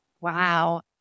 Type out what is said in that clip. Wow